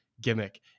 Gimmick